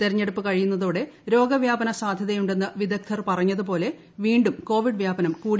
തെരഞ്ഞെടുപ്പ് കഴിയുന്നതോടെ രോഗവ്യാപന സാധ്യതയുണ്ടെന്ന് വിദഗ്ധർ പറഞ്ഞതുപോലെ വീണ്ടും കോവിഡ് വ്യാപനം കൂടി വരികയാണ്